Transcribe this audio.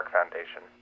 Foundation